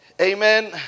amen